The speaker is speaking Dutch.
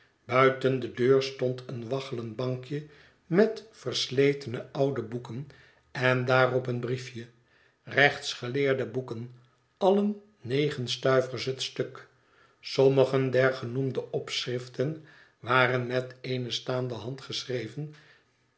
buiten de deur stond een waggelend bankje met versletene oude boeken en daarop een briefje rechtsgeleerde boeken alien negen stuivers het stuk sommigen der genoemde opschriften waren met eene staande hand geschreven